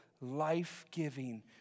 life-giving